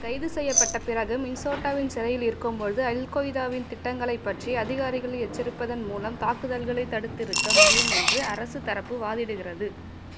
கைது செய்யப்பட்ட பிறகு மின்சோட்டாவின் சிறையில் இருக்கும் போழுது அல் கொய்தாவின் திட்டங்களை பற்றி அதிகாரிகள் எச்சரிப்பதன் மூலம் தாக்குதல்களை தடுத்திருக்க முடியும் என்று அரசு தரப்பு வாதிடுகிறது